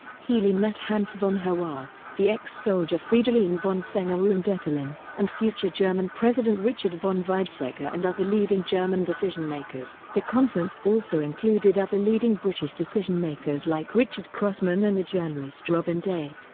healey met hans von herwarth, the ex soldier fridolin von senger und and etterlin and future german president richard von weizsacker and other leading german decision makers. the conference also included other leading british decisionmakers like richard crossman and the journalist robin day.